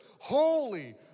holy